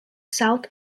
south